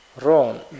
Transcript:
wrong